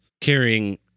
carrying